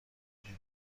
بیرون